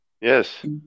Yes